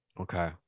Okay